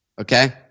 Okay